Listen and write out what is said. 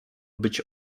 być